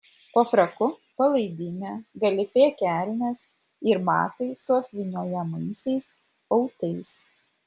po fraku palaidinė galifė kelnės ir batai su apvyniojamaisiais autais